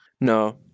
No